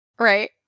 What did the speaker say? Right